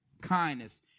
kindness